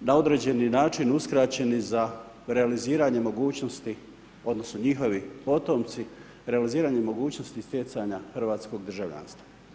na određeni način uskraćeni, za realiziranjem mogućnosti, odnosno, njihovi potomci, realizirani mogućnosti stjecanja hrvatskog državljanstva.